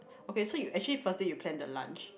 okay so you actually first day you plan the lunch